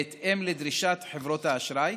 בהתאם לדרישת חברות האשראי,